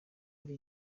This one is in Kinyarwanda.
ari